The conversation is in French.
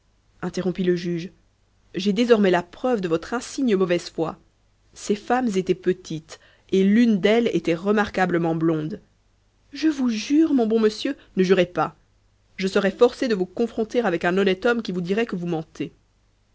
interrompit le juge j'ai désormais la preuve de votre insigne mauvaise foi ces femmes étaient petites et l'une d'elles était remarquablement blonde je vous jure mon bon monsieur ne jurez pas je serais forcé de vous confronter avec un honnête homme qui vous dirait que vous mentez